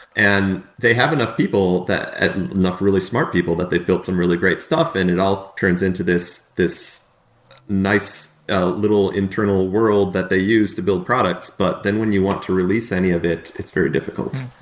and they have enough people, ah enough really smart people that they've built some really great stuff and it all turns into this this nice little internal world that they used to build products, but then when you want to release any of it, it's very difficult.